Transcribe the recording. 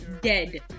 dead